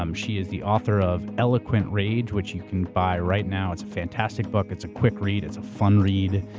um she is the author of eloquent rage which you can buy right now, it's a fantastic book, it's a quick read, it's a fun read.